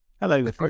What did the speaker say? Hello